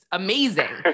amazing